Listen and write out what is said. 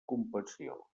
compassió